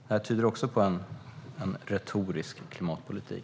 Det här tyder också på en retorisk klimatpolitik.